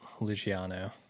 Luciano